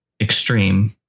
extreme